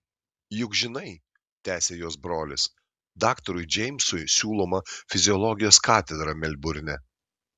juk žinai tęsė jos brolis daktarui džeimsui siūloma fiziologijos katedra melburne